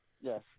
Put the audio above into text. yes